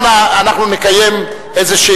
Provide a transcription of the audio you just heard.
אנחנו נקיים איזו,